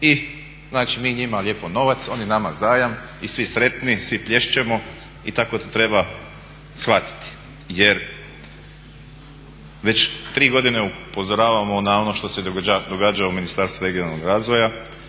i znači mi njima lijepo novac, oni nama zajam i svi sretni, svi plješćemo i tako treba shvatiti. Jer već tri godine upozoravamo na ono što se događa u Ministarstvu regionalnog razvoja,